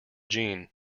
jeanne